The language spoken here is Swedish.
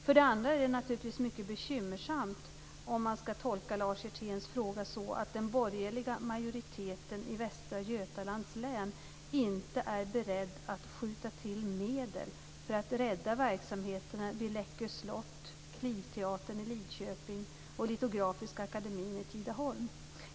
För det andra är det naturligtvis mycket bekymmersamt om man skall tolka Lars Hjerténs fråga så att den borgerliga majoriteten i Västra Götalands län inte är beredd att skjuta till medel för att rädda verksamheterna vid Läckö slott, Klivteatern i Lidköping och Litografiska Akademien i Tidaholm.